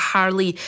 Harley